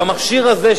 במכשיר הזה,